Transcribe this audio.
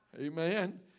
Amen